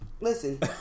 listen